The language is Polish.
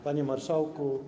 Panie Marszałku!